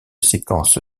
séquence